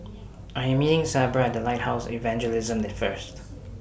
I Am meeting Sabra At The Lighthouse Evangelism The First